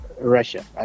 Russia